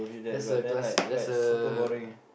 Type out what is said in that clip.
that's a glass that's a